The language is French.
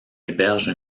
héberge